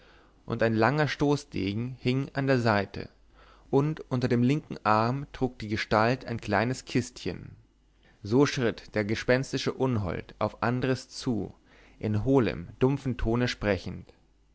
kopfe ein langer stoßdegen hing an der seite und unter dem linken arm trug die gestalt ein kleines kistchen so schritt der gespenstische unhold auf andres zu in hohlem dumpfen tone sprechend